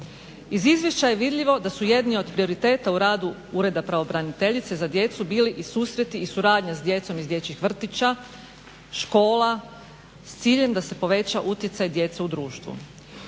Iz izvješća je vidljivo da jedni od prioriteta u radu Ureda pravobraniteljice za djecu bili i susreti i suradnja s djecom iz dječjih vrtića, škola s ciljem da se poveća utjecaj djece u društvu.